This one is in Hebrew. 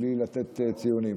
בלי לתת ציונים.